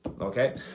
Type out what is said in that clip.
okay